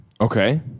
Okay